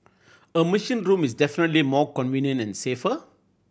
a machine room is definitely more convenient and safer